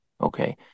Okay